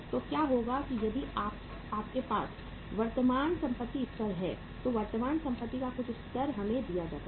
तो क्या होगा कि यदि आपके पास वर्तमान संपत्ति स्तर है तो वर्तमान संपत्ति का कुछ स्तर हमें दिया जाता है